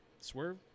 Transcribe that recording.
Swerve